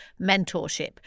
mentorship